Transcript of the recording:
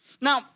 Now